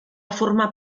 formar